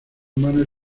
manos